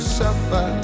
suffer